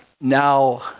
Now